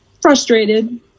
Frustrated